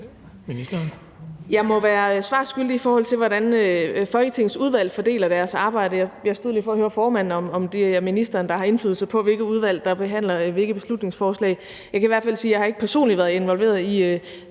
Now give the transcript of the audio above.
Jeg må være svar skyldig, i forhold til hvordan Folketingets udvalg fordeler deres arbejde. Jeg stod lige og forhørte mig hos formanden, om det er ministeren, der har indflydelse på, hvilke udvalg der behandler hvilke beslutningsforslag. Jeg kan i hvert fald sige, at jeg ikke personligt har været involveret i,